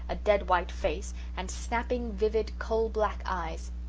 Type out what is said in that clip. a dead-white face, and snapping, vivid, coal-black eyes.